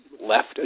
left